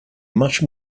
much